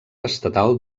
estatal